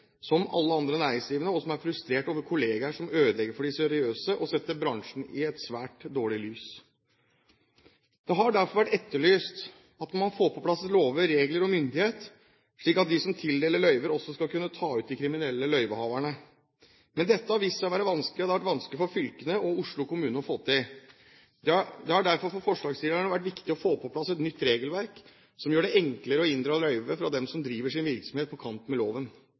som alle andre næringsdrivende, og som er frustrert over kollegaer som ødelegger for de seriøse og setter bransjen i et svært dårlig lys. Det har derfor vært etterlyst at man må få på plass lover og regler og gi myndighet til dem som tildeler løyvene, slik at de skal kunne ta ut de kriminelle løyvehaverne. Men dette har vist seg å være vanskelig; det har vært vanskelig å få til for fylkene og for Oslo kommune. Det har derfor for forslagsstillerne vært viktig å få på plass et nytt regelverk som gjør det enklere å inndra løyvet fra dem som driver sin virksomhet på kant med loven.